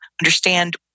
understand